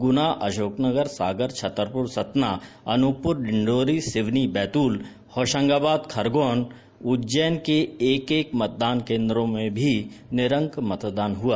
गुना अशोकनगर सागर छतरपुर सतना अनूपपुर डिंडोरी सिवनी बैतूल होशंगाबाद खरगोन उज्जैन के एक एक मतदान केन्द्रों में भी निरंक मतदान हुआ